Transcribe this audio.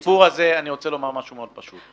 בסיפור הזה אני רוצה לומר משהו מאוד פשוט.